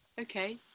Okay